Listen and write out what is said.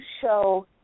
show